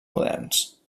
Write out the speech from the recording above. moderns